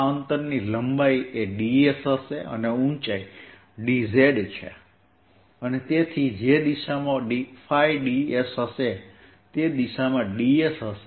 આ અંતરની લંબાઈ એ ds હશે અને ઉંચાઇ dz છે અને તેથી dsds dz ϕ જે ϕ દિશામાં હશે